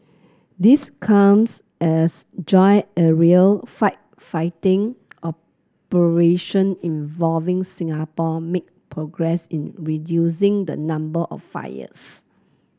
this comes as joint aerial firefighting operation involving Singapore made progress in reducing the number of fires